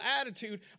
attitude